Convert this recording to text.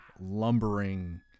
lumbering